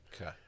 Okay